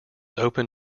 open